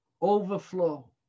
overflow